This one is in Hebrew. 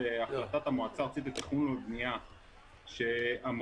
החלטת המועצה הארצית לתכנון ובנייה שאמרה: